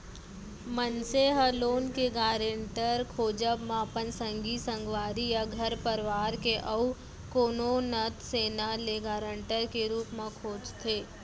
मनसे ह लोन के गारेंटर खोजब म अपन संगी संगवारी या घर परवार के अउ कोनो नत सैना ल गारंटर के रुप म खोजथे